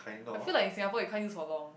I feel like in Singapore you can't use for long